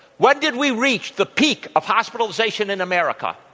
when did we reach the peak of hospitalization in america?